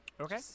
Okay